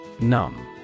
NUM